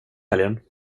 helgen